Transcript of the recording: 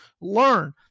learn